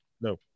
No